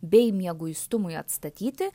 bei mieguistumui atstatyti